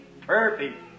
perfect